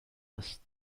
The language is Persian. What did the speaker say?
است